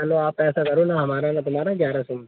चलो आप ऐसा करो ना हमारा ना तुम्हारा ग्यारह सौ